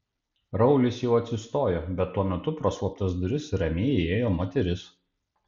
raulis jau atsistojo bet tuo metu pro slaptas duris ramiai įėjo moteris